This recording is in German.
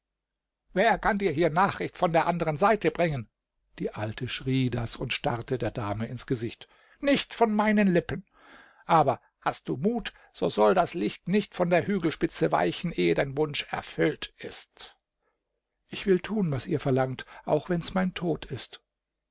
wer kann dir hier nachricht von der andern seite bringen die alte schrie das und starrte der dame ins gesicht nicht von meinen lippen aber hast du mut so soll das licht nicht von der hügelspitze weichen ehe dein wunsch erfüllt ist ich will tun was ihr verlangt auch wenns mein tod ist